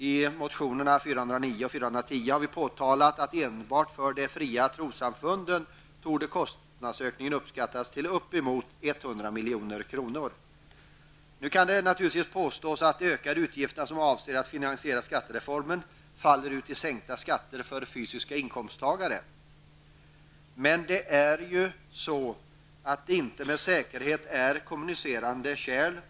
I motionerna Kr409 och Kr410 har vi påtalat att enbart för de fria trossamfunden torde kostnadsökningen uppskattas till upp emot 100 milj.kr. Nu kan det naturligtvis påstås att de ökade utgifterna som avser att finansiera skattereformen faller ut i sänkta skatter för fysiska inkomsttagare. En sådan omläggning av skattesystemet leder dock inte med säkerhet till kommunicerande kärl.